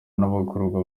n’abagororwa